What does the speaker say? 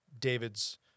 David's